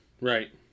Right